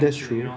that's true